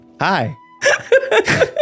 hi